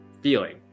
feeling